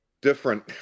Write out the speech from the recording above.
different